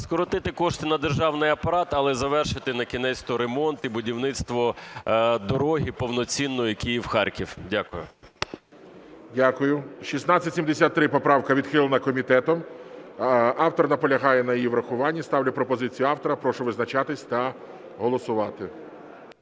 Скоротити кошти на державний апарат, але завершити накінець-то будівництво дороги повноцінної Київ-Харків. Дякую. ГОЛОВУЮЧИЙ. Дякую. 1673 поправка відхилена комітетом. Автор наполягає на її врахуванні. Ставлю пропозицію автора. Прошу визначатися та голосувати.